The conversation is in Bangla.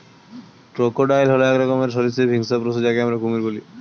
ক্রোকোডাইল হল এক রকমের সরীসৃপ হিংস্র পশু যাকে আমরা কুমির বলি